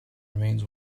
remains